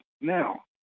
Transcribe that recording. now